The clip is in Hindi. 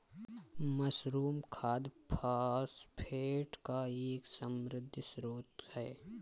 मशरूम खाद फॉस्फेट का एक समृद्ध स्रोत है